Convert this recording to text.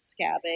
scabbing